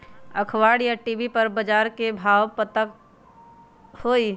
अखबार या टी.वी पर बजार के भाव पता होई?